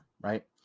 right